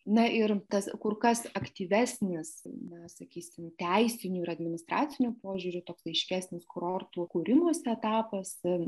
na ir tas kur kas aktyvesnis na sakysim teisiniu ir administraciniu požiūriu toks aiškesnis kurortų kūrimosi etapas ir